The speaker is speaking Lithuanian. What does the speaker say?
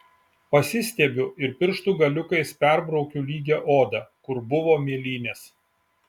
pasistiebiu ir pirštų galiukais perbraukiu lygią odą kur buvo mėlynės